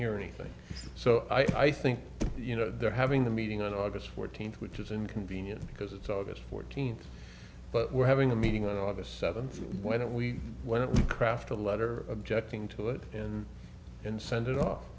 hear anything so i think you know they're having the meeting on august fourteenth which is inconvenient because it's august fourteenth but we're having a meeting on august seventh why don't we when it craft a letter objecting to it and send it off